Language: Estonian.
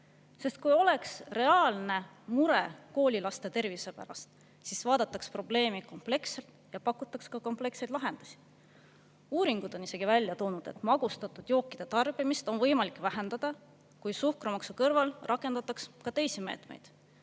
Sest kui oleks reaalne mure koolilaste tervise pärast, siis vaadataks probleemi kompleksselt ja pakutaks ka kompleksseid lahendusi. Uuringud on välja toonud, et magustatud jookide tarbimist on võimalik vähendada, kui suhkrumaksu kõrval rakendataks ka teisi meetmeid.